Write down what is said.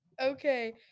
Okay